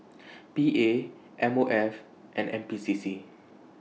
P A M O F and N P C C